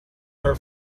her